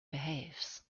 behaves